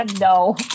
No